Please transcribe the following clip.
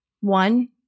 One